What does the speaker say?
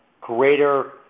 greater